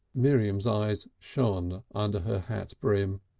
miriam's eyes shone under her hat-brim.